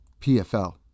PFL